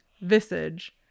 Visage